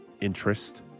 interest